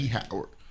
Howard